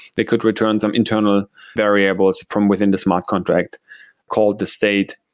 they could return some internal variables from within the smart contract called the state,